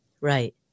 Right